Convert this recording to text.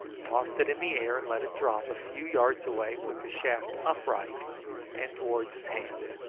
tossed it in the air, and let it drop a few yards away with the shaft upright and towards his hands.